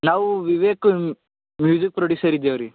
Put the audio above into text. ನಾವು Vivek music producer ಇದ್ದೇವೆ ರೀ